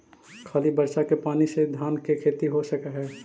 खाली बर्षा के पानी से धान के खेती हो सक हइ?